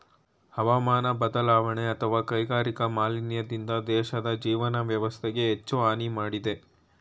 ಹವಾಮಾನ ಬದಲಾವಣೆ ಅತ್ವ ಕೈಗಾರಿಕಾ ಮಾಲಿನ್ಯಕ್ಕಿಂತ ದೇಶದ್ ಜೀವನ ವ್ಯವಸ್ಥೆಗೆ ಹೆಚ್ಚು ಹಾನಿ ಮಾಡಿದೆ